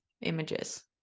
images